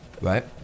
right